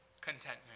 contentment